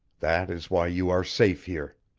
that is why you are safe here.